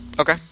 Okay